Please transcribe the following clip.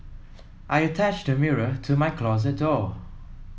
I attached a mirror to my closet door